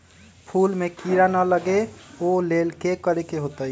फूल में किरा ना लगे ओ लेल कि करे के होतई?